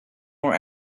more